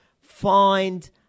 find